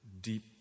deep